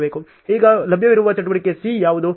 ಈಗ ಲಭ್ಯವಿರುವ ಚಟುವಟಿಕೆ C ಯಾವುದು